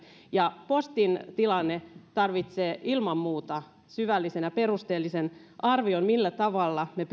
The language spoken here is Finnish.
ja postiasiat postin tilanne tarvitsee ilman muuta syvällisen ja perusteellisen arvion siitä millä tavalla me